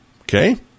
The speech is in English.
Okay